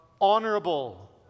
honorable